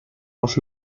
was